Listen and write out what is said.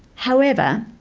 however,